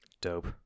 dope